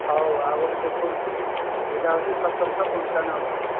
ହଉ ଆଉ ଗୋଟେ ଦେଖାଉଛି ଏଇଟା ହେଉଛି ସତରଶହ ପଞ୍ଚାନବେ ଟଙ୍କା